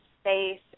space